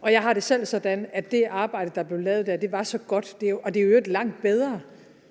Og jeg har det selv sådan, at det arbejde, der er blevet lavet der, var så godt – og det, der er forhandlet